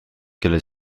kellel